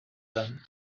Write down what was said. them